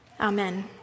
Amen